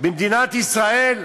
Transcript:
במדינת ישראל,